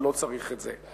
ולא צריך את זה.